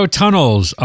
tunnels